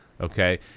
Okay